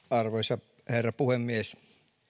arvoisa herra puhemies